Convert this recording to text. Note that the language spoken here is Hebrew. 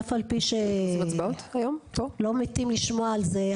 אף על פי שלא מתים לשמוע על זה.